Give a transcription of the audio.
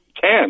ten